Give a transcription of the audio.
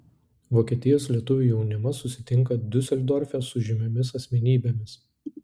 vokietijos lietuvių jaunimas susitinka diuseldorfe su žymiomis asmenybėmis